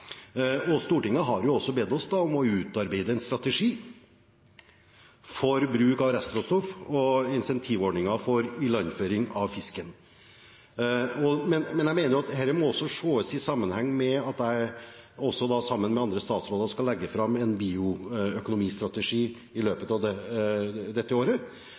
Stortinget har bedt oss om å utarbeide en strategi for bruk av restråstoff og en incentivordning for ilandføring av fisken. Men jeg mener at dette også må ses i sammenheng med at jeg, sammen med andre statsråder, skal legge fram en bioøkonomistrategi i løpet av dette året